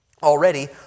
already